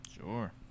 sure